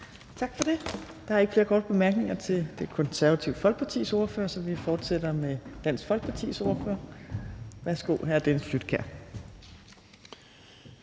Tak for det. Der er ikke flere korte bemærkninger til Det Konservative Folkepartis ordfører, så vi fortsætter med Dansk Folkepartis ordfører. Værsgo, hr. Dennis Flydtkjær.